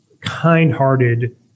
kind-hearted